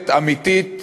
יכולת אמיתית